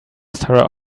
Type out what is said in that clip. sarah